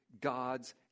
God's